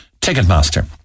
Ticketmaster